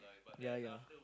ya ya